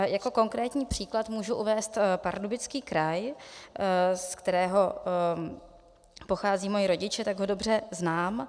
Jako konkrétní příklad můžu uvést Pardubický kraj, z kterého pocházejí moji rodiče, tak ho dobře znám.